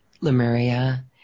Lemuria